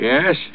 Yes